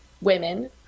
women